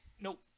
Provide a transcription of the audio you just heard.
Nope